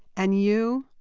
and you?